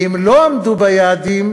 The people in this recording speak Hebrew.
ואם לא עמדו ביעדים,